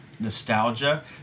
Nostalgia